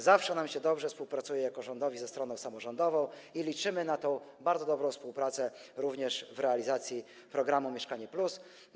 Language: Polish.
Zawsze nam się dobrze współpracuje, jako rządowi, ze stroną samorządową i liczymy na tę bardzo dobrą współpracę również w zakresie realizacji programu „Mieszkanie+”